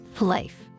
Life